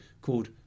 called